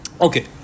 okay